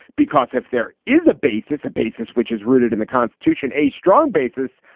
because if there is a basis, a basis which is rooted in the constitution, a strong basis,